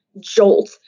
jolt